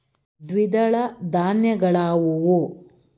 ದ್ವಿದಳ ಧಾನ್ಯಗಳಾವುವು?